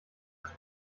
das